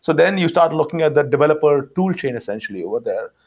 so then you start looking at the developer tool chain eventually over there.